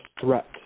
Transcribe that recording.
threat